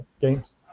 games